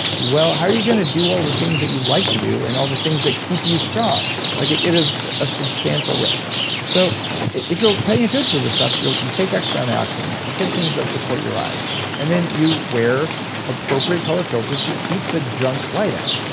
well how are you going to do all the things that you like to do and all the things that keep you strong? like it it is a substantial risk so if you're paying attention to this stuff, you you take extra antioxidants, you take things that support your eyes, and then you wear appropriate-colored filters to keep the junk light out.